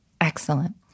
Excellent